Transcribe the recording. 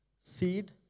seed